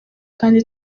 kandi